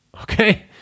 Okay